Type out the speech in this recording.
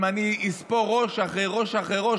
אם אני אספור ראש אחרי ראש אחרי ראש,